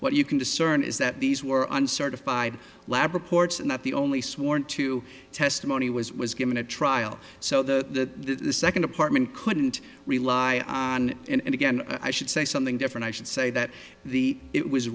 what you can discern is that these were uncertified lab reports and that the only sworn to testimony was was given a trial so the second apartment couldn't rely on him again i should say something different i should say that the it was